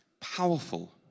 powerful